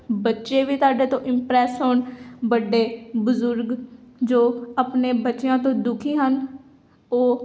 ਬੱਚੇ ਵੀ ਤੁਹਾਡੇ ਤੋਂ ਇਮਪਰੈਸ ਹੋਣ ਵੱਡੇ ਬਜ਼ੁਰਗ ਜੋ ਆਪਣੇ ਬੱਚਿਆਂ ਤੋਂ ਦੁਖੀ ਹਨ ਉਹ